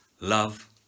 Love